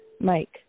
Mike